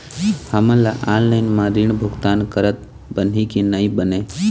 हमन ला ऑनलाइन म ऋण भुगतान करत बनही की नई बने?